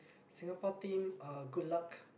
Singapore team uh good luck